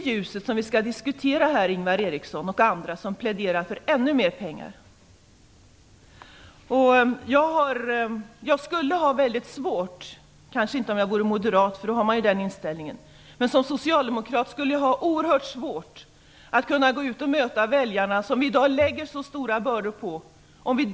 Jag vill till Ingvar Eriksson och andra som pläderar för ännu mer pengar säga att det är i det ljuset som vi skall diskutera. Moderaterna, Miljöpartiet och kds föreslår nu att vi skall ge en grupp i samhället - jordbrukarna - ännu mer pengar. Som socialdemokrat skulle jag då ha oerhört svårt att gå ut och möta väljarna, som vi i dag lägger så stora bördor på.